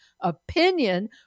opinion